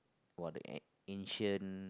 or the an~ ancient